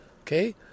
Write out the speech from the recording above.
okay